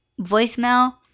voicemail